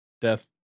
death